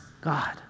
God